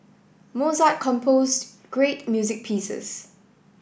Mozart composed great music pieces